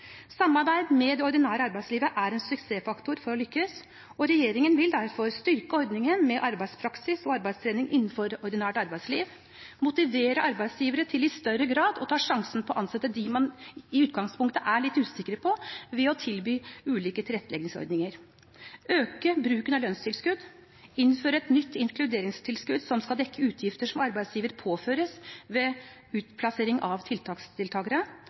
Samarbeid med det ordinære arbeidslivet er en suksessfaktor for å lykkes, og regjeringen vil derfor styrke ordningen med arbeidspraksis og arbeidstrening innenfor ordinært arbeidsliv, motivere arbeidsgivere til i større grad å ta sjansen på å ansette dem man i utgangspunktet er litt usikker på, ved å tilby ulike tilretteleggingsordninger, øke bruken av lønnstilskudd, innføre et nytt inkluderingstilskudd som skal dekke utgifter som arbeidsgiver påføres ved utplassering av